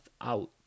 out